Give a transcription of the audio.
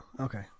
Okay